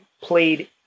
played